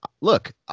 look